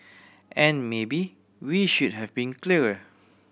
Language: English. and maybe we should have been clearer